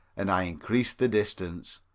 and i increased the distance.